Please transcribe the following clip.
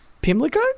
Pimlico